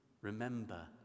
Remember